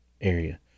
area